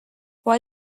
why